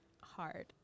hard